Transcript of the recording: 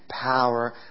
power